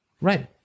Right